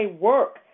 work